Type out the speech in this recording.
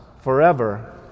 forever